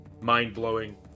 mind-blowing